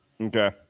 Okay